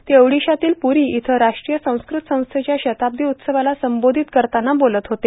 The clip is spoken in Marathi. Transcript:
ते ओडीशातील पुरी इथं राष्ट्रीय संस्कृत संस्थेच्या शताब्दी उत्सवाला संबोधित करताना बोलत होते